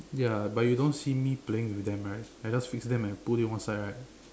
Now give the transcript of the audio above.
ya but you don't see me playing with them right I just fix them and put it one side right